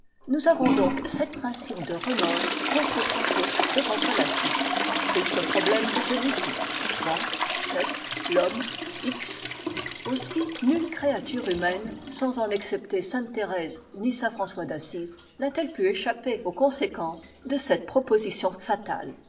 nous avons donc sept principes de remords contre trois sources de consolation triste problème que celui-ci x aussi nulle créature humaine sans en excepter sainte thérèse ni saint françois d'assise n'a-t-elle pu échapper aux conséquences de cette proposition fatale